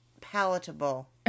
palatable